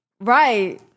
right